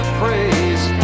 praise